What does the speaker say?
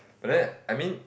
but then I mean